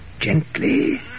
Gently